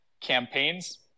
campaigns